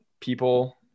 people